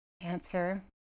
answer